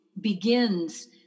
begins